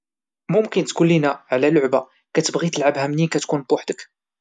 ممكن تقول لينا على لعبة كاتبغي تلعبها منين كتكون بوحدك؟